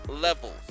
levels